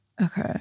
Okay